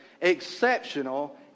exceptional